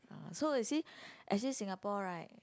ah so you see actually Singapore right